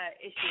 issues